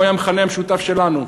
הוא היה המכנה המשותף שלנו,